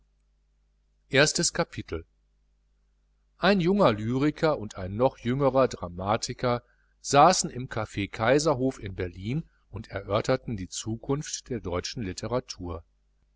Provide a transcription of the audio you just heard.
ein junger lyriker und ein noch jüngerer dramatiker saßen im caf kaiserhof in berlin und erörterten die zukunft der deutschen litteratur